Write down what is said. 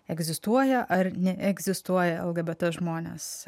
egzistuoja ar neegzistuoja lgbt žmonės